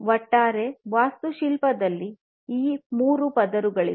ಒಟ್ಟಾರೆ ವಾಸ್ತುಶಿಲ್ಪದಲ್ಲಿ ಇವು ಮೂರು ಪದರಗಳಾಗಿವೆ